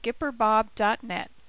skipperbob.net